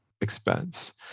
expense